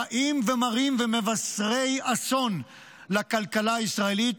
רעים ומרים ומבשרי אסון לכלכלה הישראלית,